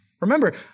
Remember